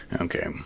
okay